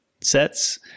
sets